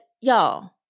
y'all